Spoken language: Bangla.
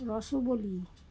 রসকলি